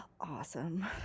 Awesome